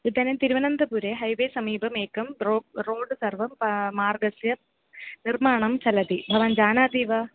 इदानीं तिरुवनन्तपुरे हैवे समीपम् एकं रो रोड् सर्वं मार्गस्य निर्माणं चलति भवान् जानाति वा